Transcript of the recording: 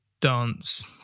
dance